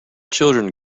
children